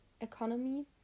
economy